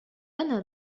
أنا